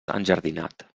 enjardinat